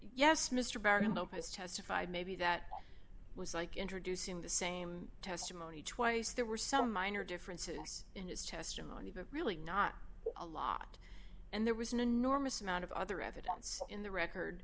yes mr barron lopez testified maybe that was like introducing the same testimony twice there were some minor differences in his testimony but really not a lot and there was an enormous amount of other evidence in the record